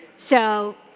so,